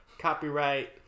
copyright